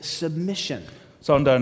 submission